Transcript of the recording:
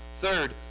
Third